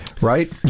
right